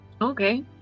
Okay